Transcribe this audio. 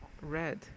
red